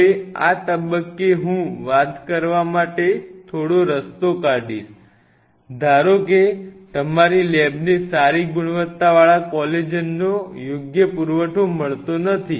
હવે આ તબક્કે હું વાત કરવા માટે થોડો રસ્તો કાઢીશ ધારો કે તમારી લેબને સારી ગુણવત્તાવાળા કોલેજનનો યોગ્ય પુરવઠો મળતો નથી